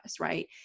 right